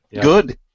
Good